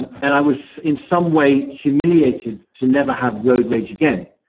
and i was in some way humiliated to never have road rage again.